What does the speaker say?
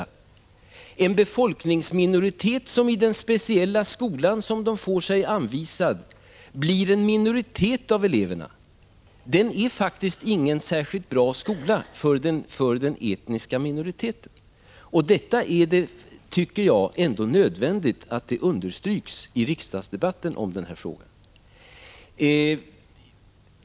En speciell skola för en befolkningsmajoritet, i vilken denna etniska grupp även blir en minoritet bland eleverna, är ingen särskilt bra skola för denna minoritet. Det är nödvändigt att detta understryks i riksdagsdebatten i den här frågan.